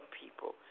people